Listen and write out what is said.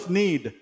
need